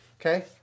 Okay